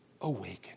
Awaken